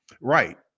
Right